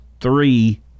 three